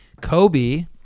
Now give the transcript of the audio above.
Kobe